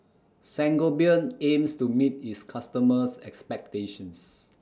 Sangobion aims to meet its customers' expectations